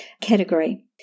category